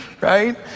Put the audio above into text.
right